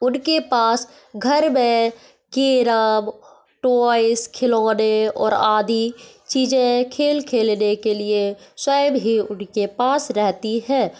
उनके पास घर में केरम टोईश खिलौने और आदि चीज़ें खेल खेलने के लिए स्वयं ही उनके पास रहती है